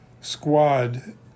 squad